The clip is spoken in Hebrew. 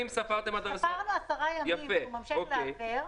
ספרנו 10 ימים שהוא ממשיך להפר,